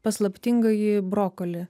paslaptingąjį brokolį